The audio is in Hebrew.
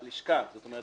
הלשכה זאת אומרת,